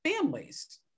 families